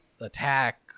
attack